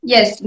Yes